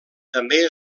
també